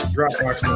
Dropbox